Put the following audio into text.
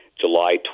July